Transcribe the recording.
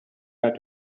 had